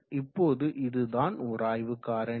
இப்போது இதுதான் உராய்வு காரணி